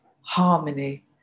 harmony